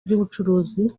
by’ubucuruzi